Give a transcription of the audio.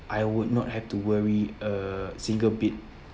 I would not have to worry a single bit